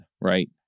Right